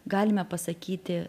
galime pasakyti